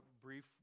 brief